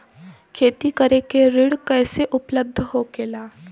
खेती करे के ऋण कैसे उपलब्ध होखेला?